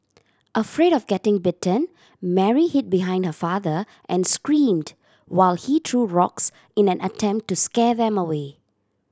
afraid of getting bitten Mary hid behind her father and screamed while he threw rocks in an attempt to scare them away